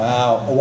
Wow